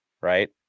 right